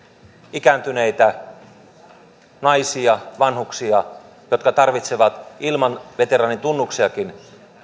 ikääntyneitä naisia vanhuksia jotka tarvitsevat ilman veteraanitunnuksiakin